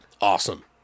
awesome